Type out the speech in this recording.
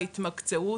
התמקצעות,